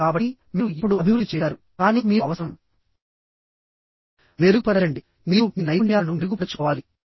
కాబట్టి మీరు ఇప్పుడు అభివృద్ధి చేసారు కానీ మీరు అవసరం మెరుగుపరచండి మీరు మీ నైపుణ్యాలను మెరుగుపరచుకోవాలి